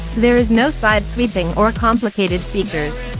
there is no side sweeping or complicated features.